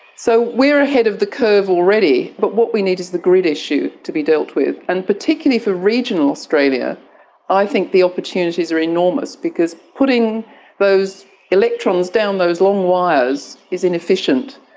so we are ahead of the curve already, but what we need is the grid issue to be dealt with, and particularly for regional australia i think the opportunities are enormous because putting those electrons down those long wires is inefficient,